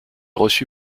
reçu